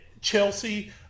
Chelsea